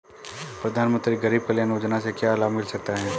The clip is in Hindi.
प्रधानमंत्री गरीब कल्याण योजना से क्या लाभ मिल सकता है?